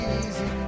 easy